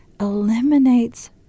eliminates